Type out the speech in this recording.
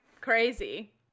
crazy